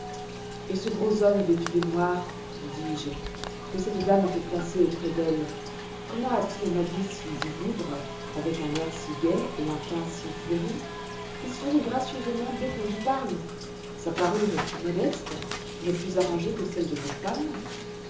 et ce gros homme vêtu de noir lui dis-je que cette dame a fait placer auprès d'elle comment a-t-il un habit si lugubre avec un air si gai et un teint si fleuri il sourit gracieusement dès qu'on lui parle sa parure est plus modeste mais plus arrangée que celle de vos femmes